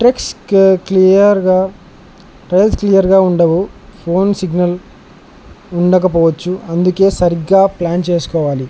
trials క్లియర్గా trails క్లియర్గా ఉండవు ఫోన్ సిగ్నల్ ఉండకపోవచ్చు అందుకే సరిగ్గా ప్లాన్ చేసుకోవాలి